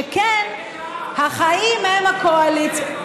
שכן החיים הם הקואליציה.